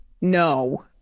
No